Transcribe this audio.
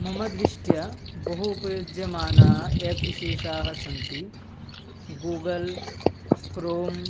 मम दृष्ट्या बहु उपयुज्यमानाः एप् विशेषाः सन्ति गूगल् क्रोम्